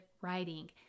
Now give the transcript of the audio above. writing